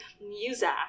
music